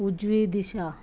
उजवी दिशा